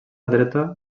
dreta